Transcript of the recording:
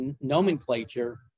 nomenclature